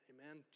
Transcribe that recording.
Amen